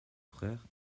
frère